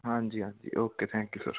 ਹਾਂਜੀ ਹਾਂਜੀ okay thank you sir